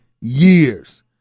years